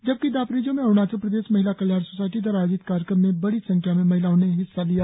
जबकि दापोरिजो में अरुणाचल प्रदेश महिला कल्याण सोसायटी द्वारा आयोजित कार्यक्रम में बड़ी संख्या में महिलाओं ने हिस्सा लिया